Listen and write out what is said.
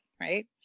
right